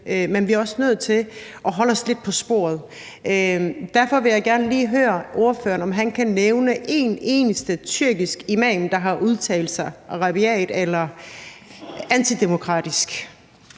Men vi er også nødt til at holde os lidt på sporet. Derfor vil jeg gerne lige høre ordføreren, om han kan nævne en eneste tyrkisk imam, der har udtalt sig rabiat eller antidemokratisk.